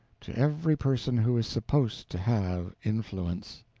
to every person who is supposed to have influence.